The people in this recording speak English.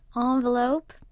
envelope